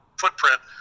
footprint